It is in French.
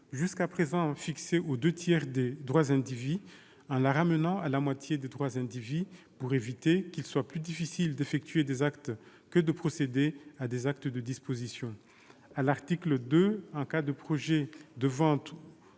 jusqu'à présent fixée aux deux tiers des droits indivis. Nous l'avions ramenée à la moitié des droits indivis, pour éviter qu'il ne soit plus difficile d'effectuer ces actes que de procéder à des actes de disposition.